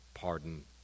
pardon